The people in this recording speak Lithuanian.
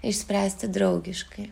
išspręsti draugiškai